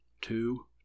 two